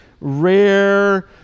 rare